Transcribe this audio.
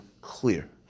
clear